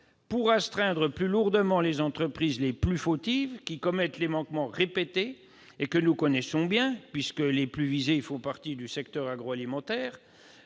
pour astreindre plus lourdement les entreprises les plus fautives, celles qui commettent des manquements répétés et que nous connaissons bien, puisque les plus visées font partie du secteur agroalimentaire-